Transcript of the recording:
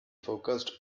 focused